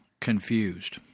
confused